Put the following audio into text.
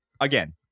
again